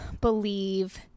believe